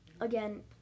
Again